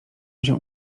się